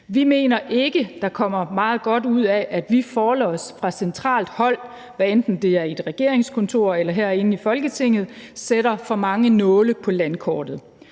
Vi mener ikke, at der kommer meget godt ud af, at vi forlods fra centralt hold, hvad enten det er i et regeringskontor eller herinde i Folketinget, sætter for mange nåle på landkortet.